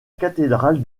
cathédrale